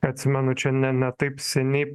atsimenu čia ne ne taip seniai